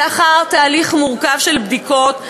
ולאחר תהליך מורכב של בדיקות,